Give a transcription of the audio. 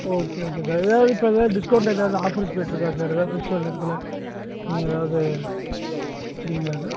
okay okay sir ஏதாவது இப்போ ஏதாவது டிஸ்கௌண்ட் ஏதாவது ஆஃபர்ஸ் போயிட்டு இருக்கா சார் ஏதாவது ஃபெஸ்ட்டிவல் நேரத்தில் நீங்கள் ஏதாவது வெச்சுருக்கீங்களா சார்